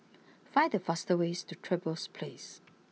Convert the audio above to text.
find the fastest way to Trevose place